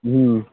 ह्म्म